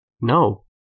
No